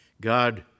God